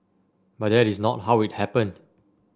but that is not how it happened